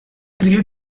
create